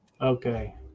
Okay